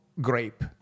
grape